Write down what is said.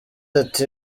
ati